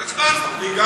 לא הצבענו.